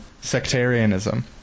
sectarianism